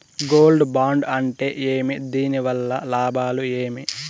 Gold bond అంటే ఏమి? దీని వల్ల లాభాలు ఏమి?